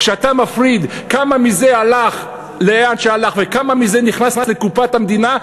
כשאתה מפריד כמה מזה הלך לאן שהלך וכמה מזה נכנס לקופת המדינה,